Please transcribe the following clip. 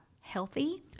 healthy